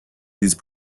these